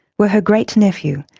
where her great nephew,